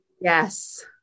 Yes